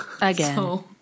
again